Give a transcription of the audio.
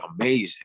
amazing